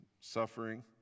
suffering